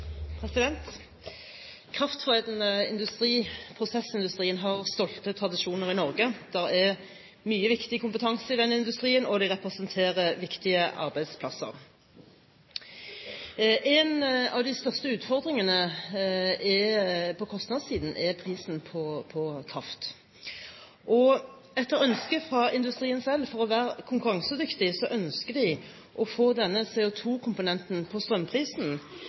oppfølgingsspørsmål. Kraftforedlende industri, prosessindustrien, har stolte tradisjoner i Norge. Det er mye viktig kompetanse i denne industrien, og den representerer viktige arbeidsplasser. En av de største utfordringene på kostnadssiden er prisen på kraft. For å være konkurransedyktig ønsker industrien selv å få CO2-komponenten i strømprisen kompensert av staten. EU har på